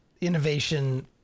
innovation